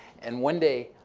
and one day,